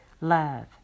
love